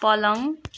पलङ